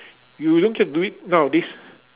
you look at do it nowadays